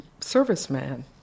serviceman